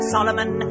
Solomon